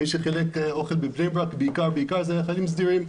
מי שחילק אוכל בבני ברק הם בעיקר חיילי מילואים סדירים.